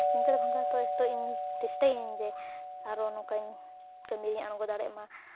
ᱤᱱᱠᱟᱹ ᱞᱮᱠᱷᱟᱱ ᱛᱚ ᱡᱷᱚᱛᱚ ᱤᱧ ᱪᱮᱥᱴᱟᱭᱟᱹᱧ ᱡᱮ ᱟᱨᱚ ᱱᱚᱝᱠᱟ ᱤᱧ ᱠᱟᱹᱢᱤ ᱨᱤᱧ ᱟᱬᱜᱚ ᱫᱟᱲᱮᱜ ᱢᱟ